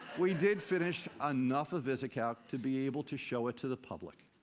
we did finish enough of visicalc to be able to show it to the public.